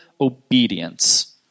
obedience